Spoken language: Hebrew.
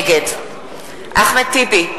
נגד אחמד טיבי,